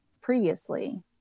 previously